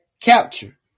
capture